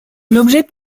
l’objet